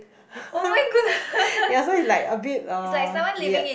yea so you like a bit uh weird